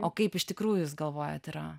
o kaip iš tikrųjų jūs galvojat yra